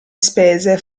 spese